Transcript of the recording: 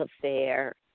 affair